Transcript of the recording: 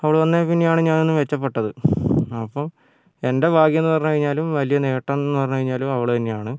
അവള് വന്നതിൽ പിന്നെയാണ് ഞാനൊന്ന് മെച്ചപ്പെട്ടത് അപ്പം എൻ്റെ ഭാഗ്യമെന്ന് പറഞ്ഞുകഴിഞ്ഞാലും വലിയ നേട്ടമെന്ന് പറഞ്ഞുകഴിഞ്ഞാലും അവള് തന്നെയാണ്